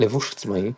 לבוש עצמאי,